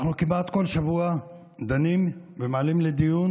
אנחנו כמעט כל שבוע דנים ומעלים לדיון